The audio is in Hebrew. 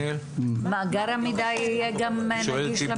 מאגר המידע יהיה גם נגיש למשטרה.